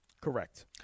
Correct